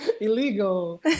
illegal